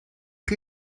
chi